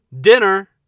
dinner